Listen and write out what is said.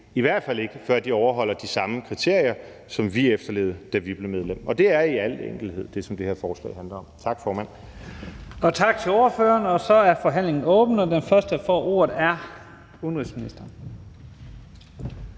i hvert fald ikke før de overholder de samme kriterier, som vi efterlevede, da vi blev medlem. Og det er i al enkelhed det, som det her forslag handler om. Tak, formand. Kl. 16:38 Første næstformand (Leif Lahn Jensen): Tak til ordføreren